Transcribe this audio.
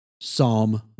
Psalm